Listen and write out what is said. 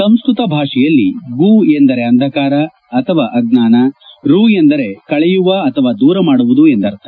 ಸಂಸ್ತತ ಭಾಷೆಯಲ್ಲಿ ಗು ಅಂದರೆ ಅಂಧಕಾರ ಅಥವಾ ಅಜ್ಜಾನ ರು ಅಂದರೆ ಕಳೆಯುವ ಅಥವಾ ದೂರ ಮಾಡುವುದು ಎಂದರ್ಥ